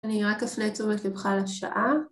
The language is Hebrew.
אני רק אפנה את תשומת ליבך לשעה.